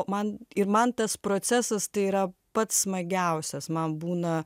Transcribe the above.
man ir man tas procesas tai yra pats smagiausias man būna